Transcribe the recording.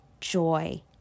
joy